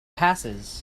passes